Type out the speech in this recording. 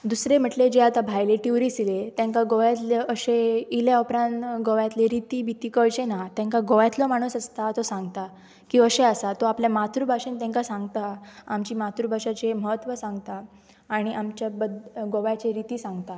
दुसरें म्हटलें जे आतां भायले ट्युरिस्ट येयले तांकां गोंयांतले अशे आयल्या उपरांत गोव्यातले रिती बिती कळचे ना तांकां गोवांतलो माणूस आसता तो सांगता की अशें आसा तो आपल्या मातृभाशेन तांकां सांगता आमची मातृभाशाचें महत्व सांगता आनी आमच्या ब गोव्याचे रिती सांगता